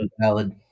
valid